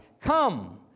come